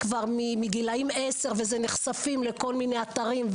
כבר מגילאי עשר נחשפים לכל מיני אתרים,